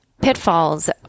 pitfalls